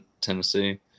Tennessee